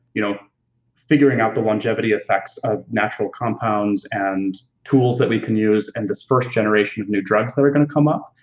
you know figuring out the longevity effects of natural compounds and tools that we can use and this first generation of new drugs that are going to come up,